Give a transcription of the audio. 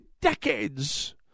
decades